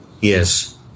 yes